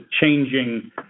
changing